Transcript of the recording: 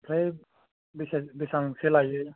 ओमफाय फैसाया बिसिबांसो लायो